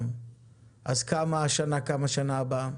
אז כמה השנה וכמה שנה הבאה?